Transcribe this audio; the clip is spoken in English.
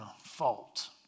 fault